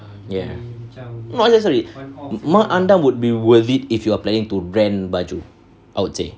ya not necessary mak andam would be worth it if you are planning to rent baju I would say